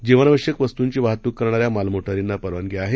जीवनावश्यक वस्तूंची वाहतूक करणाऱ्या मालमोटारींना परवानगी आहे